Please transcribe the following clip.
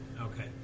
Okay